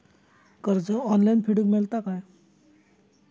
कर्ज ऑनलाइन फेडूक मेलता काय?